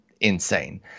Insane